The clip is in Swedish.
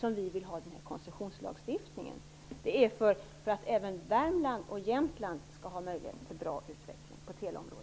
socialdemokrater vill ha en koncessionslagstiftning. Det är för att även Värmland och Jämtland skall ha möjlighet till bra utveckling på teleområdet.